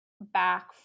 back